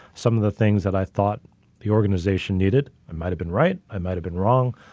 some of the things that i thought the organization needed, i might have been right, i might have been wrong,